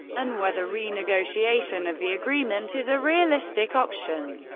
and whether renegotiation of the agreement is a realistic option.